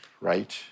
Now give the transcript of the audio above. right